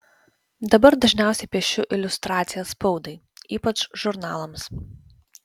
dabar dažniausiai piešiu iliustracijas spaudai ypač žurnalams